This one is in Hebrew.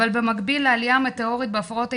אבל במקביל לעליה המטאורית בהפרעות ההתנהגות,